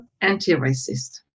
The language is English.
anti-racist